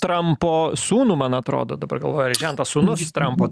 trampo sūnų man atrodo dabar galvoju ar žentas sūnus trampo